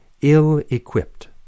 ill-equipped